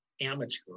amateur